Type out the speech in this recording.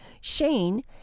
Shane